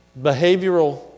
behavioral